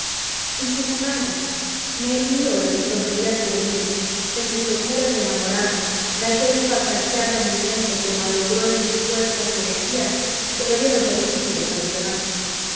y sin embargo me río de mis tonterías juveniles de mis locuras de enamorado de aquel fantasear de mi mente que malogró en mí fuerzas y energías que debieron ser útiles a los demás